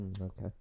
Okay